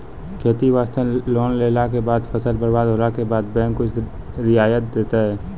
खेती वास्ते लोन लेला के बाद फसल बर्बाद होला के बाद बैंक कुछ रियायत देतै?